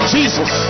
Jesus